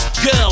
Girl